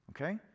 okay